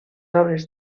obres